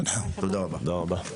תודה רבה.